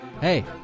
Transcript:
Hey